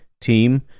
team